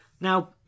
Now